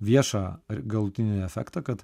viešą ar galutinį efektą kad